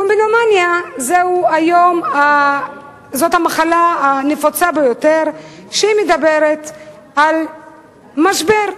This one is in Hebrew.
קומבינומניה זאת המחלה הנפוצה ביותר שמדברת על משבר,